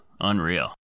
Unreal